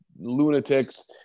lunatics